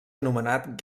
anomenat